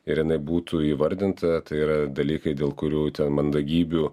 ir jinai būtų įvardinta tai yra dalykai dėl kurių ten mandagybių